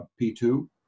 p2